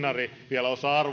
ja